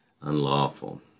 Unlawful